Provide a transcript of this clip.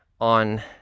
on